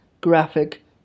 graphic